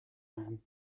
man